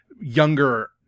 younger